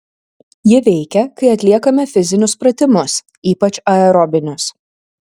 ji veikia kai atliekame fizinius pratimus ypač aerobinius